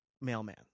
mailman